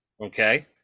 okay